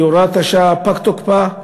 כי הוראת השעה פג תוקפה,